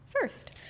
first